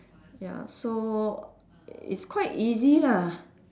ya so it's quite easy lah